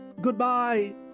goodbye